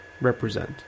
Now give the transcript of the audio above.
represent